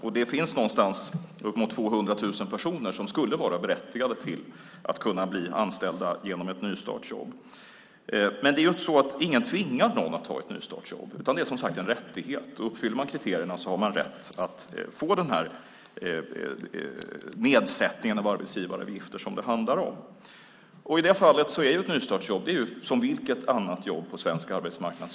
Och det finns någonstans uppemot 200 000 personer som skulle vara berättigade till anställning genom ett nystartsjobb. Men ingen tvingar någon att ta ett nystartsjobb, utan det är som sagt en rättighet. Och uppfyller arbetsgivarna kriterierna har de rätt att få den nedsättning av arbetsgivaravgifter som det handlar om. I det fallet är ett nystartsjobb som vilket annat jobb som helst på svensk arbetsmarknad.